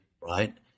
right